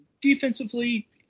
Defensively